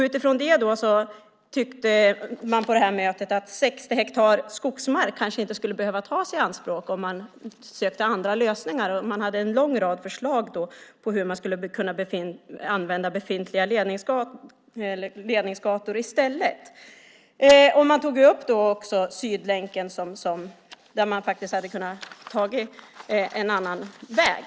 Utifrån det tyckte man på det här mötet att 60 hektar skogsmark kanske inte skulle behöva tas i anspråk om det gick att söka andra lösningar. Man hade en lång rad förslag på hur det skulle gå att använda befintliga ledningsgator i stället. Man tog också upp Sydlänken, där det faktiskt hade varit möjligt att ta en annan väg.